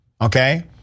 Okay